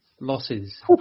losses